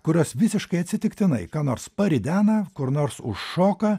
kurios visiškai atsitiktinai ką nors paridena kur nors užšoka